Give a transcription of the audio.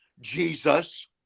jesus